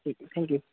ठीक आहे थँक्यू